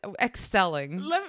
excelling